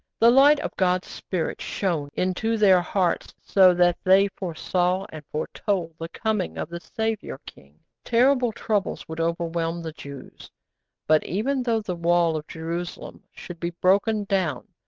the light of god's spirit shone into their hearts so that they foresaw and foretold the coming of the saviour king. terrible troubles would overwhelm the jews but, even though the wall of jerusalem should be broken down,